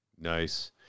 Nice